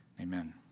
Amen